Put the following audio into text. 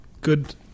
good